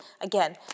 Again